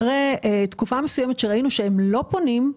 אחרי תקופה מסוימת שראינו שהם לא פונים,